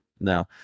No